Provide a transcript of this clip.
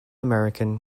american